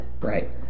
Right